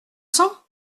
sang